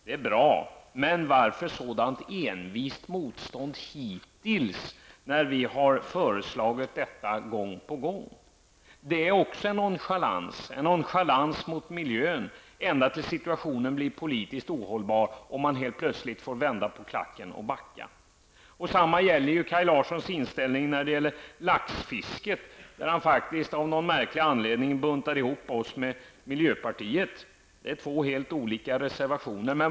Det är bra. Men varför har man gjort ett sådant envist motstånd hittills när vi har föreslagit detta gång på gång? Det är också en nonchalans, en nonchalans mot miljön ända tills situationen blir politiskt ohållbar och man helt plötsligt får vända på klacken och backa. Detsamma gäller Kaj Larssons inställning till laxfisket. Av någon märklig anledning buntar han i detta sammanhang ihop oss med miljöpartiet. Vi har fogat två helt olika reservationer till betänkandet.